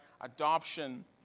adoption